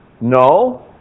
No